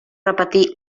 repetir